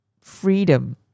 freedom